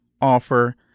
offer